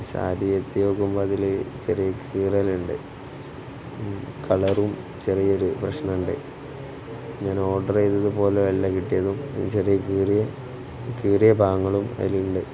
സാരി എത്തി നോക്കുമ്പോൾ അതിൽ ചെറിയ കീറലുണ്ട് കളറും ചെറിയൊരു പ്രശ്നം ഉണ്ട് ഞാൻ ഓർഡർ ചെയ്തത് പോലെ അല്ല കിട്ടിയതും ചെറിയ കീറിയ കീറിയ ഭാഗങ്ങളും അതിലുണ്ട്